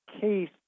case